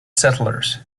settlers